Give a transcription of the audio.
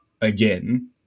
again